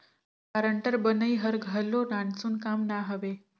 guarantor बनई हर घलो नानसुन काम ना हवे